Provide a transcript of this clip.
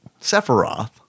Sephiroth